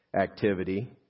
activity